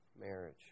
marriage